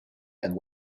and